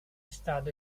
stato